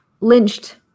lynched